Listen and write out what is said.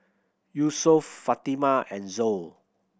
Yusuf Fatimah and Zul